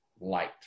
light